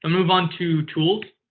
ah move on to tools.